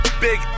Big